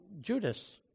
Judas